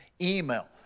email